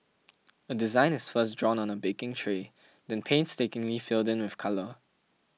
a design is first drawn on a baking tray then painstakingly filled in with colour